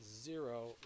zero